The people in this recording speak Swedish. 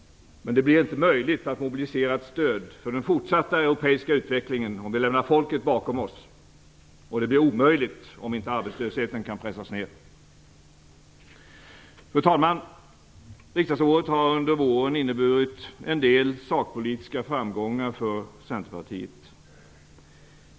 Det blir inte möjligt att mobilisera ett stöd för den fortsatta europeiska utvecklingen om vi lämnar folket bakom oss, och det blir omöjligt om inte arbetslösheten kan pressas ned. Fru talman! Riksdagsåret har under våren inneburit en del sakpolitiska framgångar för Centerpartiet.